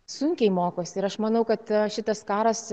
sunkiai mokosi ir aš manau kad šitas karas